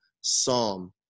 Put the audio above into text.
psalm